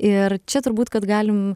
ir čia turbūt kad galim